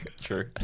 True